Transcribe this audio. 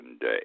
Day